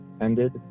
ended